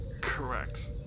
correct